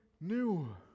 new